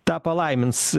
tą palaimins